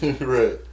Right